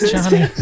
Johnny